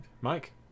Mike